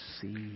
see